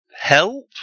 help